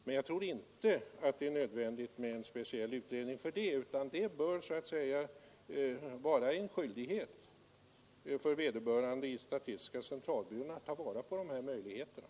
Men jag tror inte att det är nödvändigt med en speciell utredning för det, utan det bör så att säga vara en skyldighet för vederbörande inom statistiska centralbyrån att ta vara på möjligheterna.